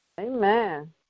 Amen